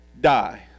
die